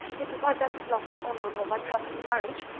if that thy bent of love be honourable, thy purpose marriage,